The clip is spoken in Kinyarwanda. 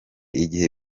igihe